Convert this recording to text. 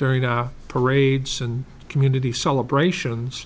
during our parades and community celebrations